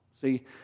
See